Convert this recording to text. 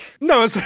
No